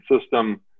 system